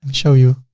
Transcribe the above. show you